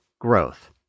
growth